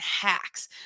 hacks